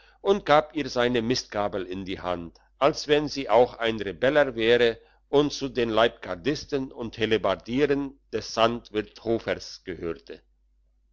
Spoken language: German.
und gab ihr seine mistgabel in die hand als wenn sie auch ein rebeller wäre und zu den leibgardisten und hellebardieren des sandwirt hofers gehörte